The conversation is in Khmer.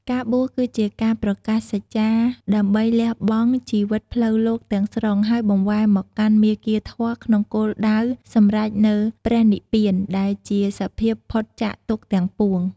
ការបួសគឺជាការប្រកាសសច្ចាដើម្បីលះបង់ជីវិតផ្លូវលោកទាំងស្រុង ហើយបង្វែរមកកាន់មាគ៌ាធម៌ ក្នុងគោលដៅសម្រេចនូវ ព្រះនិព្វាន ដែលជាសភាពផុតចាកទុក្ខទាំងពួង។